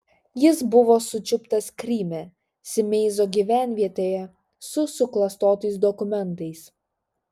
jis buvo sučiuptas kryme simeizo gyvenvietėje su suklastotais dokumentais